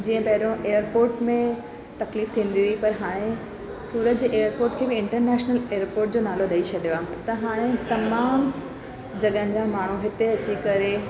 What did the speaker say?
जीअं पहिरियों एयरपोट में तकलीफ़ थींदी हुई पर हाणे सूरत जे एयरपोट खे बि इंटरनेशनल एयरपोट जो नालो ॾेई छॾियो आहे त हाणे तमामु जॻहियुनि जा माण्हू हिते अची करे